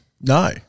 No